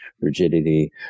Rigidity